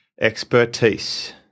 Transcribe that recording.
Expertise